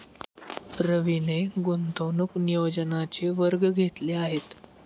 रवीने गुंतवणूक नियोजनाचे वर्ग घेतले आहेत